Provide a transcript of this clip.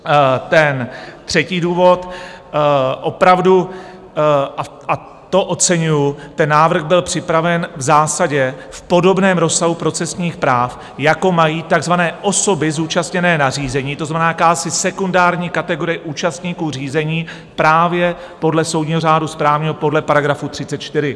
A ten třetí důvod: opravdu, a to oceňuji, ten návrh byl připraven v zásadě v podobném rozsahu procesních práv, jako mají takzvané osoby zúčastněné na řízení, to znamená, jakási sekundární kategorie účastníků řízení právě podle soudního řádu správního, podle § 34.